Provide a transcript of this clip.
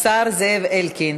השר זאב אלקין,